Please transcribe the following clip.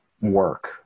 work